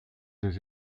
des